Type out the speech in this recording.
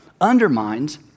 undermines